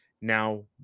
Now